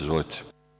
Izvolite.